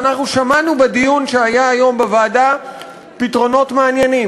ואנחנו שמענו בדיון שהיה היום בוועדה פתרונות מעניינים.